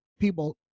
People